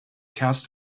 cast